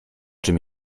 czym